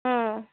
ம்